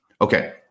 Okay